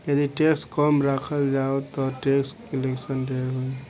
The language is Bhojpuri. यदि टैक्स कम राखल जाओ ता टैक्स कलेक्शन ढेर होई